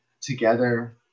together